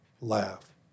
laugh